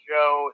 Joe